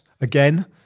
again